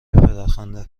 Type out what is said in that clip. پدرخوانده